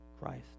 Christ